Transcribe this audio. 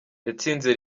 yatsinze